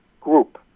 group